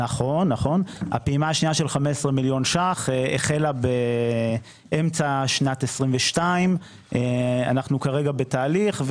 השנייה של 15 מיליון ₪ החלה באמצע שנת 2022. אנו כרגע בתהליך,